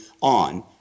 on